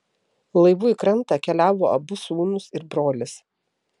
laivu į krantą keliavo abu sūnūs ir brolis